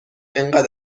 انقد